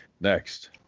Next